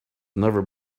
never